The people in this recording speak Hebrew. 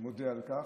מודה על כך.